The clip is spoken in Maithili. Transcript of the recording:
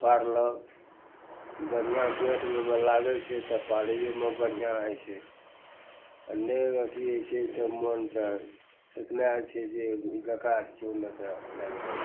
पारलहुँ बढ़िआँ बेण्ट ओइमे लागय छै तब पारैयोमे बढ़िआँ होइ छै आओर ने अथी होइ छै तऽ मोन तऽ छितनाइ छै जे ई बेकार छै ओन्ने कऽ राखि देलहुँ